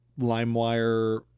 LimeWire